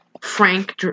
Frank